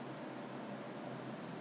yes 对